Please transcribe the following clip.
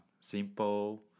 Simple